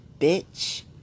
bitch